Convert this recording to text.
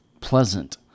pleasant